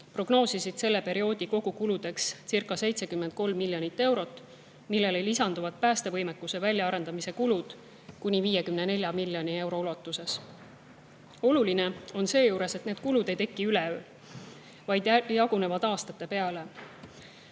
prognoosisime selle perioodi kogukulukscirca73 miljonit eurot, millele lisanduks päästevõimekuse väljaarendamise kulu kuni 54 miljonit eurot. Oluline on seejuures, et need kulud ei teki üleöö, vaid jagunevad aastate peale.